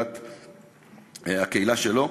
הקהילה שלו,